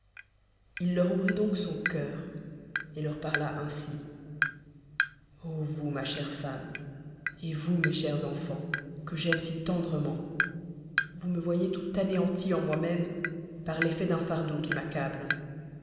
il leur oumit donc son cœur et leur paris ainsi oh vous ma chère femme et vous mes chers enfants que j'aime si tendt mcutr vous me o el tout anéanti en moi méuteparlelfet d'un hrùeau qui m'accable